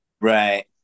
Right